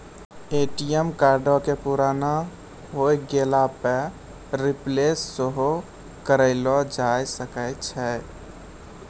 ATM कार्डो के पुराना होय गेला पे रिप्लेस सेहो करैलो जाय सकै छै